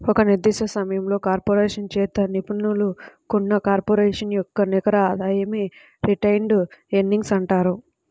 ఒక నిర్దిష్ట సమయంలో కార్పొరేషన్ చేత నిలుపుకున్న కార్పొరేషన్ యొక్క నికర ఆదాయమే రిటైన్డ్ ఎర్నింగ్స్ అంటారు